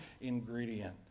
ingredient